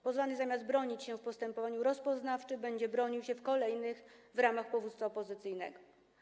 Pozwany zamiast bronić się w postępowaniu rozpoznawczym będzie bronił się w kolejnych postępowaniach w ramach powództwa pozycyjnego.